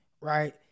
right